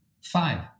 five